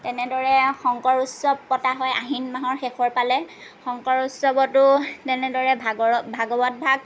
তেনেদৰে শংকৰ উৎসৱ পতা হয় আহিন মাহৰ শেষৰ ফালে শংকৰ উৎসৱতো তেনেদৰে ভাগৰত ভাগৱত ভাগ